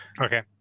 Okay